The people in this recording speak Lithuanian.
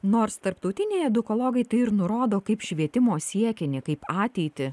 nors tarptautiniai edukologai tai ir nurodo kaip švietimo siekinį kaip ateitį